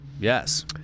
Yes